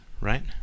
right